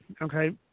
Okay